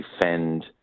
defend